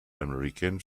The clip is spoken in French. american